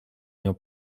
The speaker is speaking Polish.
nią